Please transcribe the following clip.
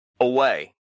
away